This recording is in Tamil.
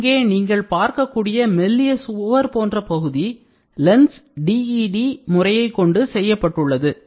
இங்கே நீங்கள் பார்க்கக்கூடிய மெல்லிய சுவர் போன்ற பகுதி LENS DED முறையை கொண்டு செய்யப்பட்டுள்ளது